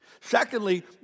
Secondly